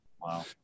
Wow